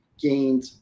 gained